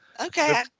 Okay